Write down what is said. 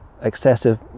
excessive